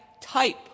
type